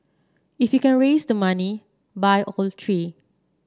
if you can raise the money buy all three